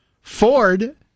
Ford